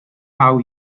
how